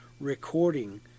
recording